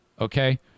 Okay